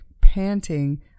panting